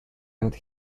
and